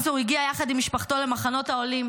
מנצור הגיע יחד עם משפחתו למחנות העולים,